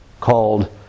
called